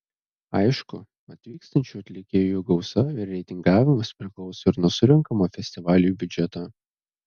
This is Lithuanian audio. aišku atvykstančių atlikėjų gausa ir reitingavimas priklauso ir nuo surenkamo festivaliui biudžeto